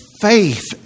faith